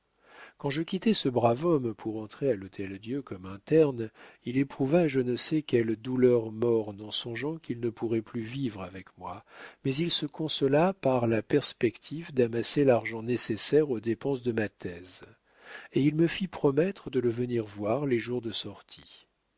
quand je quittai ce brave homme pour entrer à l'hôtel-dieu comme interne il éprouva je ne sais quelle douleur morne en songeant qu'il ne pourrait plus vivre avec moi mais il se consola par la perspective d'amasser l'argent nécessaire aux dépenses de ma thèse et il me fit promettre de le venir voir les jours de sortie